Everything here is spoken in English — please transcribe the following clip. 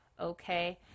Okay